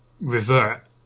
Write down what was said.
revert